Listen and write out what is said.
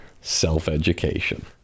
self-education